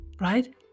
right